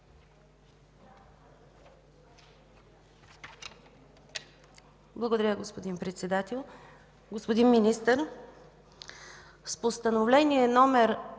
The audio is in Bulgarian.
Благодаря, господин Председател. Господин Министър, с Постановление №